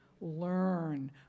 learn